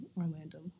Orlando